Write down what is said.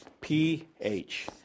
pH